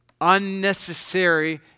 unnecessary